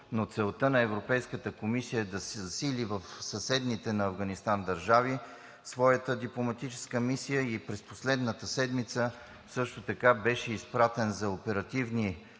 но целта на Европейската комисия е да засили в съседните на Афганистан държави дипломатическата си мисия. През последната седмица също така беше изпратен за оперативни